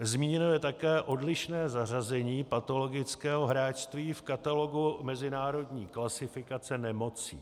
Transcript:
Zmíněno je také odlišné zařazení patologického hráčství v katalogu mezinárodní klasifikace nemocí.